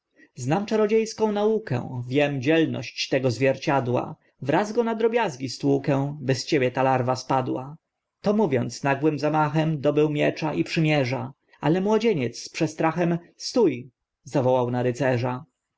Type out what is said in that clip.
czarodzie ską naukę wiem dzielność tego zwierciadła wraz go na drobiazgi stłukę by z ciebie ta larwa spadła to mówiąc nagłym zamachem dobył miecza i przymierza ale młodzieniec z przestrachem stó zawołał na rycerza